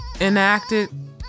enacted